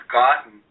gotten